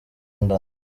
nda